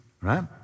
right